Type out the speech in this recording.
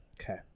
Okay